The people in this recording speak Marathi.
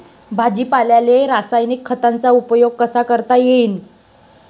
भाजीपाल्याले रासायनिक खतांचा उपयोग कसा करता येईन?